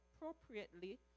appropriately